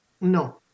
No